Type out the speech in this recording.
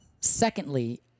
secondly